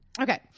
Okay